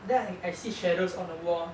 then I I see shadows on the wall